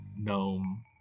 gnome